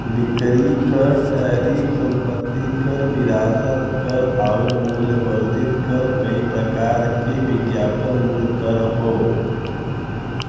बिक्री कर टैरिफ संपत्ति कर विरासत कर आउर मूल्य वर्धित कर कई प्रकार के विज्ञापन मूल्य कर हौ